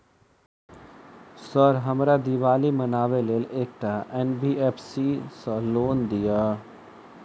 Sir हमरा दिवाली मनावे लेल एकटा एन.बी.एफ.सी सऽ लोन दिअउ?